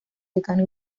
decano